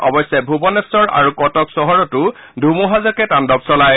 অৱশ্যে ভূৱনেধৰ আৰু কটক চহৰতো ধুমুহাজাকে তাণ্ডৱ চলায়